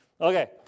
Okay